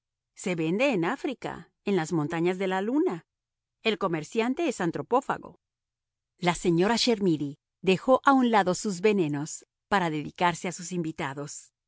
se vende en africa en las montañas de la luna el comerciante es antropófago la señora chermidy dejó a un lado sus venenos para dedicarse a sus invitados